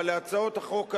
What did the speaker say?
אבל להצעות החוק הללו,